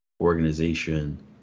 organization